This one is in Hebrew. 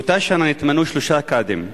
באותה שנה התמנו שלושה קאדים.